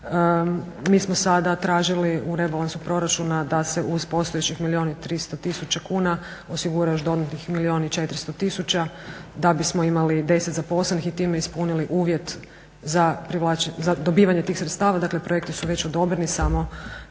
mi smo sada tražili u rebalansu proračuna da se uz postojećih milijun i 300 tisuća kuna osigura još dodatnih milijun i 400 tisuća da bismo imali 10 zaposlenih i time ispunili uvjet za dobivanje tih sredstava. Dakle projekti su već odobreni, samo